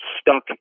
Stuck